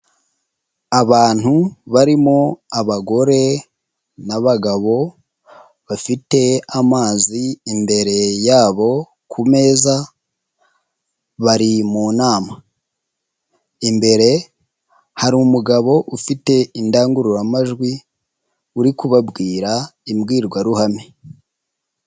Abantu barimo abagore n'abagabo bafite amazi imbere yabo ku meza bari mu nama, imbere hari umugabo ufite indangururamajwi uri kubabwira imbwirwaruhame.